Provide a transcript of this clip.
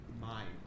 mind